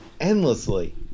endlessly